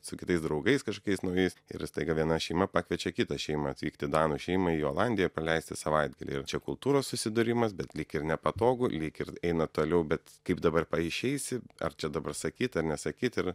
su kitais draugais kažkokiais naujais ir staiga viena šeima pakviečia kitą šeimą atvykti danų šeimą į olandiją praleisti savaitgalį ir čia kultūros susidūrimas bet lyg ir nepatogu lyg ir eina toliau bet kaip dabar išeisi ar čia dabar sakyt ar nesakyt ir